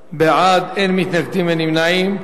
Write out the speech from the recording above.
14 בעד, אין מתנגדים, אין נמנעים.